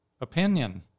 opinion